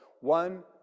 one